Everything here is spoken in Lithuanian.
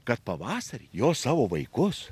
kad pavasarį jos savo vaikus